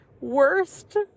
Worst